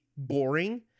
boring